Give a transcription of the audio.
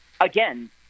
again